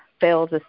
fails